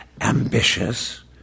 ambitious